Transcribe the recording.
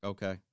Okay